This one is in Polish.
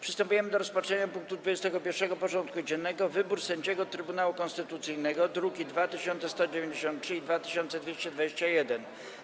Przystępujemy do rozpatrzenia punktu 21. porządku dziennego: Wybór sędziego Trybunału Konstytucyjnego (druki nr 2193 i 2221)